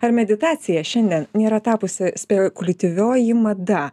ar meditacija šiandien nėra tapusi spekuliatyvioji mada